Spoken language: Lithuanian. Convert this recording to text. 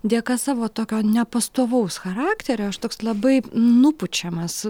dėka savo tokio nepastovaus charakterio aš toks labai nupučiamas